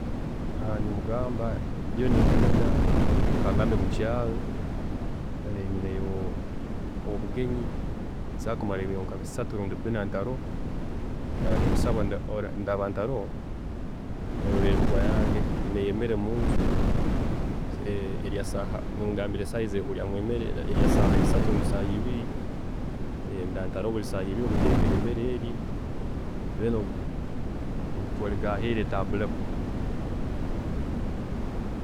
﻿Nimugamba ndiyo ningenda, kangambe mukyaaro nyineyo obugenyi, nsobola kumara ebiro nkabisatu rundi bina ntaroho, naaba ninkusaba obundaaba ntaroho, orore embwa yange, nyineyo emere munju, erya saaha nimugambira esaaha ezi erikuriiramu emere, erya saaha isatu rundi saaha ibiri, obundaaba ntaroho buri saaha ibiri ogiteereho emere erye, then ogitwaarege aheeru etamburemu.